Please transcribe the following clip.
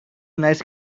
nice